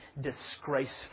disgraceful